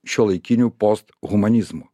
šiuolaikiniu posthumanizmu